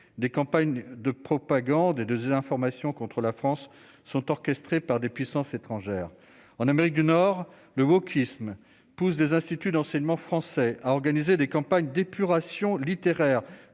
des campagnes de propagande, 2 informations contre la France sont orchestrées par des puissances étrangères en Amérique du Nord, le wokisme pousse des instituts d'enseignement français à organiser des campagnes d'épuration littéraire